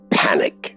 panic